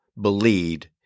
believed